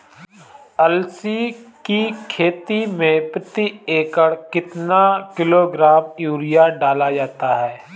अलसी की खेती में प्रति एकड़ कितना किलोग्राम यूरिया डाला जाता है?